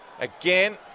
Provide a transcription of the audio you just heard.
Again